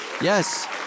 Yes